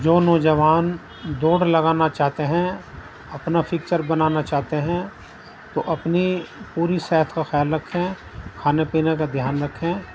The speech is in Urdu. جو نوجوان دوڑ لگانا چاہتے ہیں اپنا فکچر بنانا چاہتے ہیں تو اپنی پوری صحت کا خیال رکھیں کھانے پینے کا دھیان رکھیں